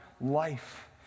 life